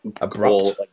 Abrupt